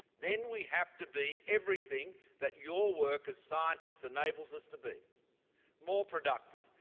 then we have to be everything that your work as scientists enables us to be more productive,